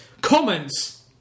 Comments